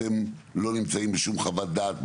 אתם לא נמצאים בשום חוות דעת,